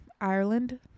Ireland